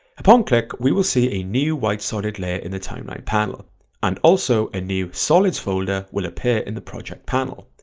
upon click we will see a new white solid layer in the timeline panel and also a new solid folder will appear in the project panel,